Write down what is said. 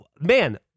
man